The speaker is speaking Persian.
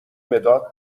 مداد